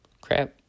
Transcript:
Crap